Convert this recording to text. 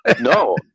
No